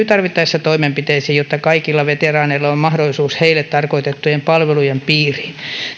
tarvittaessa toimenpiteisiin jotta kaikilla veteraaneilla on mahdollisuus päästä heille tarkoitettujen palvelujen piiriin